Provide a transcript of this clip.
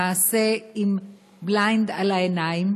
למעשה עם בליינד על העיניים,